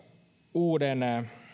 uuden